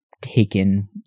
taken